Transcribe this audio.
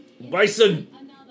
Bison